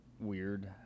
weird